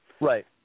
Right